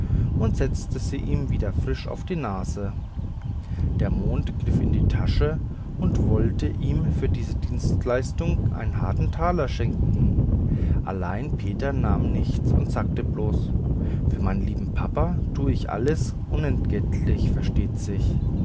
und setzte sie ihm wieder frisch auf die nase der mond griff in die tasche und wollte ihm für diese dienstleistung einen harten taler schenken allein peter nahm nichts und sagte bloß für meinen lieben papa tue ich alles unentgeltlich versteht sich